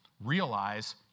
realize